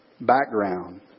background